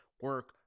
Work